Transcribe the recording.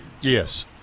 Yes